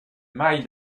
maille